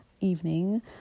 evening